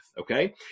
Okay